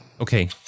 Okay